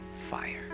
fire